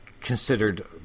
considered